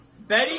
Betty